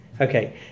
Okay